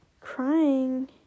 crying